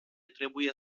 trebuie